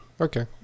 Okay